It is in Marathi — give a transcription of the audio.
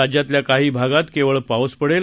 राज्यातल्या काही भागात केवळ पाऊस पडेल